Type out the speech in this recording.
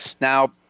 Now